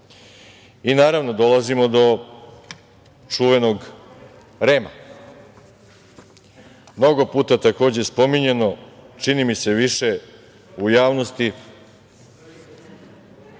dolazimo do čuvenog REM-a. Mnogo puta, takođe spominjano, čini mi se više u javnosti.